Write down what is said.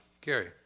Gary